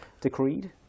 decreed